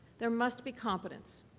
there must be competence.